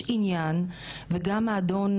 יש עניין, וגם הידי נגב